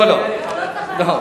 לא, לא.